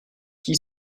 qui